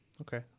okay